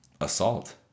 assault